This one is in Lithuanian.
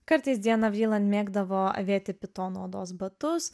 kartais diana vriland mėgdavo avėti pitono odos batus